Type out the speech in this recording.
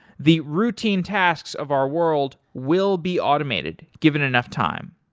the routine tasks of our world will be automated given enough time.